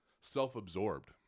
self-absorbed